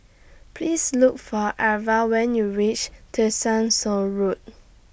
Please Look For Irva when YOU REACH Tessensohn Road